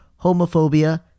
homophobia